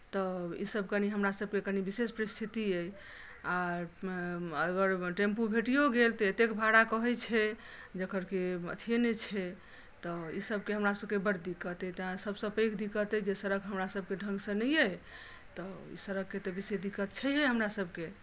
तऽ ईसभ कनी हमरासभके कनी विशेष परिस्थिति अइ आ अगर टेम्पू भेटियो गेल तऽ एतेक भाड़ा कहैत छै जकर कि अथिये नहि छै तऽ ईसभके हमरासभके बड्ड दिक्कत अइ तेँ सभसँ पैघ दिक्कत अइ जे सड़क हमरासभके ढङ्गसँ नहि अइ तऽ सड़कके तऽ बेसी दिक्क्त छैहे हमरासभके